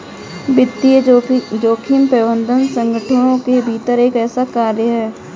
वित्तीय जोखिम प्रबंधन संगठनों के भीतर एक ऐसा कार्य है